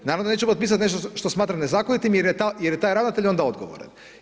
Naravno da neće otpisati nešto što smatra nezakonitim jer je taj ravnatelj onda odgovoran.